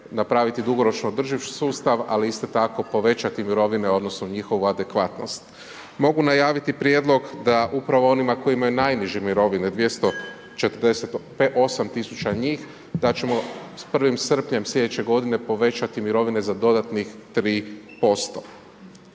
napraviti dugoročno održiv sustav, ali isto tako povećati mirovine, odnosno njihovu adekvatnost. Mogu najaviti prijedlog da upravo oni koji imaju najniže mirovine, 248 000 njih, da ćemo s 1. srpnja sljedeće godine povećati mirovine za dodatnih 3%.